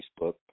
Facebook